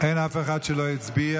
אין אף אחד שלא הצביע,